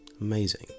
Amazing